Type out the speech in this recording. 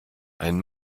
ein